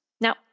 Now